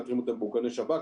מאתרים אותם באיכוני השב"כ.